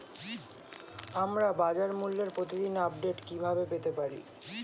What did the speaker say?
আমরা বাজারমূল্যের প্রতিদিন আপডেট কিভাবে পেতে পারি?